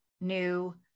new